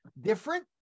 different